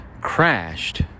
crashed